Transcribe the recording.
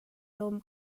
lawm